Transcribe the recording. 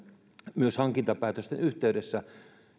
myös hankintapäätösten yhteydessä